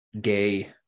gay